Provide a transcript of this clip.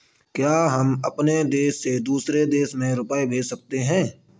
क्या हम अपने देश से दूसरे देश में रुपये भेज सकते हैं?